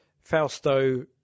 Fausto